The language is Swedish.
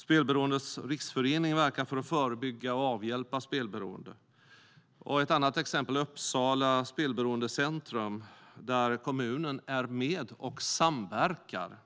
Spelberoendes riksförening verkar för att förebygga och avhjälpa spelberoende, och ett annat exempel är Uppsala Spelberoendecentrum där kommunen är med och samverkar.